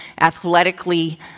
athletically